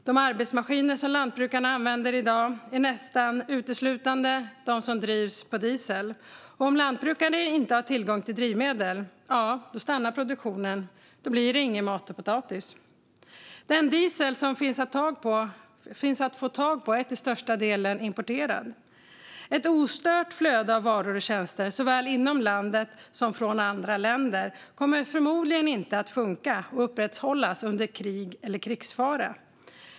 De arbetsmaskiner som lantbrukarna använder i dag drivs nästan uteslutande med diesel, och om lantbrukarna inte har tillgång till drivmedel stannar produktionen. Då blir det ingen mat och potatis. Den diesel som finns att få tag på är till största delen importerad. Ett ostört flöde av varor och tjänster såväl inom landet som från andra länder kommer förmodligen inte att kunna upprätthållas under krig eller krigsfara.